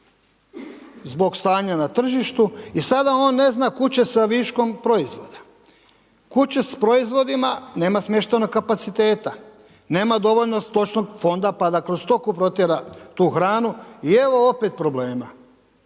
zbog stanja na tržištu i sada on ne zna kud će sa viškom proizvoda. Kud će s proizvodima, nema smještajnog kapaciteta, nema dovoljno stočnog fonda pa da kroz stoku protjera tu hranu i evo opet problema.